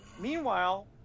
Meanwhile